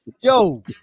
Yo